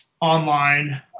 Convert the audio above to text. online